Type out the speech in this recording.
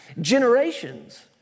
generations